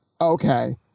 okay